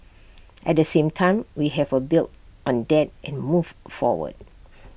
at the same time we have A build on that and move forward